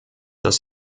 das